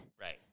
Right